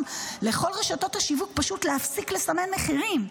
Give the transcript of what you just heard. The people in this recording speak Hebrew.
לכל רשתות השיווק פשוט להפסיק לסמן מחירים.